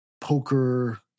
poker